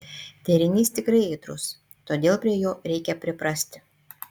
derinys tikrai aitrus todėl prie jo reikia priprasti